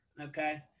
okay